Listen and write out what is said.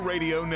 Radio